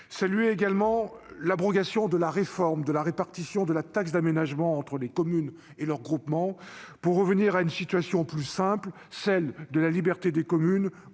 salue également l'abrogation de la réforme de la répartition de la taxe d'aménagement entre les communes et leurs groupements, pour revenir à une situation plus simple, celle de la liberté des communes.